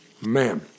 Man